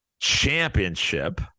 championship